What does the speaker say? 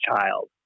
child